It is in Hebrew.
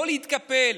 לא להתקפל,